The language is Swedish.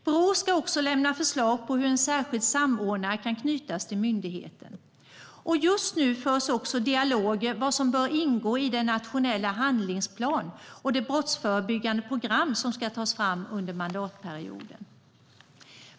Brå ska också lämna förslag om hur en särskild samordnare kan knytas till myndigheten. Just nu förs också dialoger om vad som bör ingå i den nationella handlingsplan och det brottsförebyggande program som ska tas fram under mandatperioden.